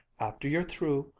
after you're through,